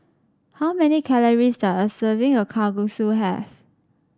how many calories does a serving of Kalguksu have